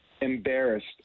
embarrassed